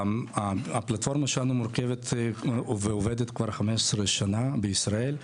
הפלטפורמה שלנו מורכבת ועובדת כבר 15 שנה בישראל.